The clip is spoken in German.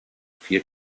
vier